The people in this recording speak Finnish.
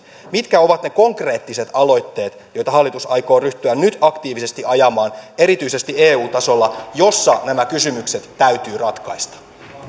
mitkä ovat ne konkreettiset aloitteet joita hallitus aikoo ryhtyä nyt aktiivisesti ajamaan erityisesti eu tasolla jossa nämä kysymykset täytyy ratkaista